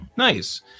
Nice